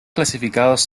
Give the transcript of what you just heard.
clasificados